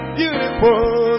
beautiful